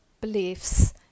beliefs